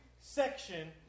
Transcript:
section